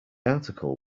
article